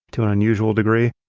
to an unusual degree.